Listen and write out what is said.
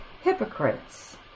hypocrites